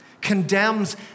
condemns